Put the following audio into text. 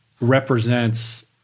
represents